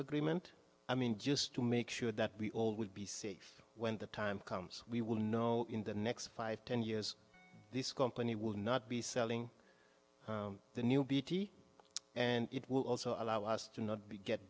agreement i mean just to make sure that we all will be safe when the time comes we will know in the next five ten years this company will not be selling the new beauty and it will also allow us to not be get